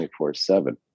24-7